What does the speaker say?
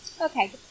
Okay